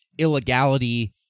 Illegality